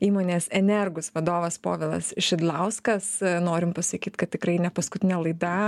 įmonės energus vadovas povilas šidlauskas norim pasakyt kad tikrai ne paskutinė laida